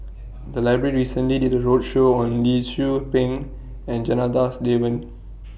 The Library recently did A roadshow on Lee Tzu Pheng and Janadas Devan